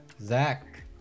zach